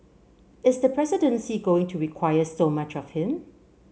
is the presidency going to require so much of him